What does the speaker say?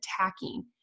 attacking